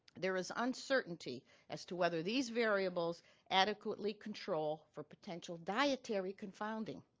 there is uncertainty as to whether these variables adequately control for potential dietary confounding.